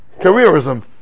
Careerism